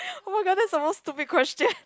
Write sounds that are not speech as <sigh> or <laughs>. oh my god that's the most stupid question <laughs>